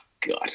God